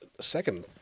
second